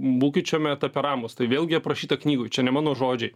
būkit šiame etape ramūs tai vėlgi aprašyta knygoj čia ne mano žodžiai